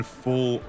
full